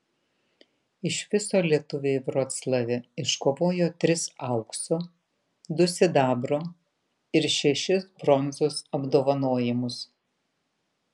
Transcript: iš viso lietuviai vroclave iškovojo tris aukso du sidabro ir šešis bronzos apdovanojimus